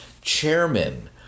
chairman